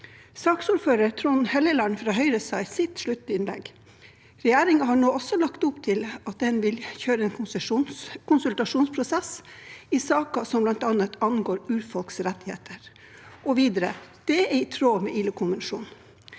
Saksordfører Trond Helleland fra Høyre sa i sitt sluttinnlegg at «Regjeringen nå også har lagt opp til at den vil kjøre en konsultasjonsprosess i saker som bl.a. angår urfolks rettigheter», og videre at «det er i tråd med ILO-konvensjonen».